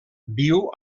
viu